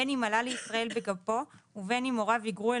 בין אם עלה לישראל בגפו ובין אם הוריו היגרו אל